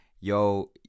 yo